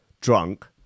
drunk